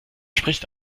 spricht